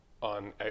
on